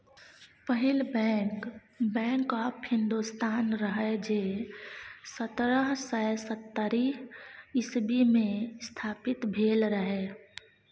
पहिल bank, bank of Hindustan रहय जे सतरह सय सत्तरि इस्बी मे स्थापित भेल रहय